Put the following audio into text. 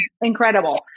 Incredible